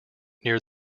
near